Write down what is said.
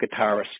guitarist